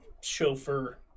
chauffeur